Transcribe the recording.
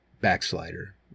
Backslider